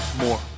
more